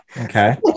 Okay